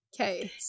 Okay